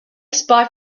spot